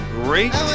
great